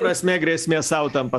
prasme grėsmė sau tampa